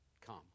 Come